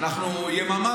על יממה